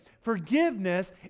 forgiveness